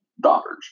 daughters